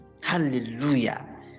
hallelujah